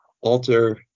alter